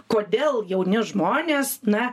kodėl jauni žmonės na